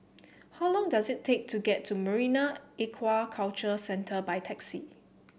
how long does it take to get to Marine Aquaculture Centre by taxi